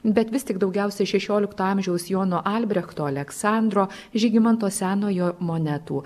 bet vis tik daugiausia šešiolikto amžiaus jono albrechto aleksandro žygimanto senojo monetų